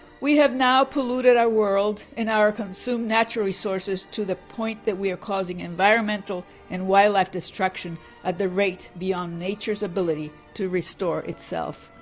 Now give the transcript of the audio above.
we have now polluted our world and over consumed natural resources to the point that we are causing environmental and wildlife destruction at the rate beyond nature's ability to restore itself.